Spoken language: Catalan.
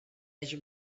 hagi